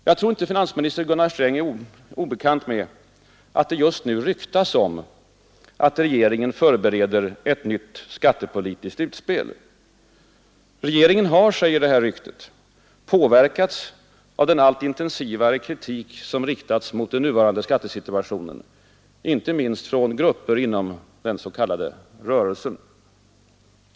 Jag tror inte att finansminister Gunnar Sträng är obekant med att det just nu ryktas om att regeringen förbereder ett nytt skattepolitiskt utspel. Regeringen har — säger det här ryktet — påverkats av den allt intensivare kritik som riktats mot den nuvarande skattesituationen, inte minst från grupper inom den s.k. rörelsen.